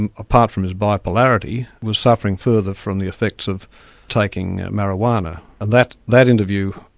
and apart from his bipolarity, was suffering further from the effects of taking marijuana. and that that interview,